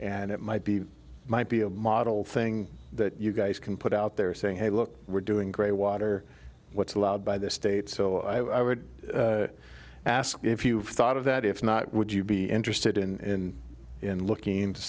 and it might be might be a model thing that you guys can put out there saying hey look we're doing great water what's allowed by the state so i would ask if you've thought of that if not would you be interested in looking